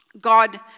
God